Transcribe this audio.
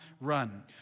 run